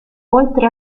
oltre